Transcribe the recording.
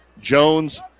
Jones